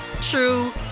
true